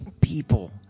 people